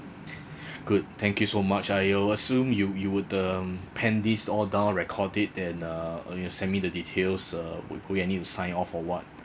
good thank you so much I will assume you you would um pen these all down record it and uh you will send me the details uh would would you I need to sign off or what